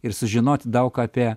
ir sužinot daug apie